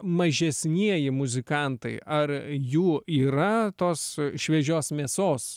mažesnieji muzikantai ar jų yra tos šviežios mėsos